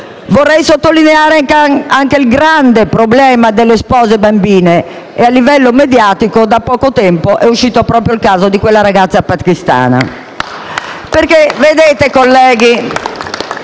Vorrei sottolineare anche il grande problema delle spose bambine e, a livello mediatico, da poco tempo è uscito proprio il caso della ragazza pakistana.